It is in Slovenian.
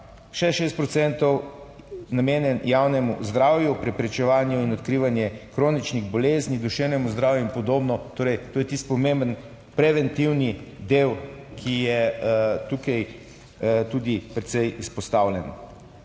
namenjen javnemu zdravju, preprečevanju in odkrivanje kroničnih bolezni, duševnemu zdravju in podobno. Torej, to je tisti pomemben preventivni del, ki je tukaj tudi precej izpostavljen.